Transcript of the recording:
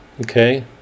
Okay